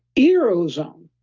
ear ozone.